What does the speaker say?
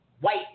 white